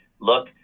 look